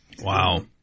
Wow